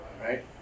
right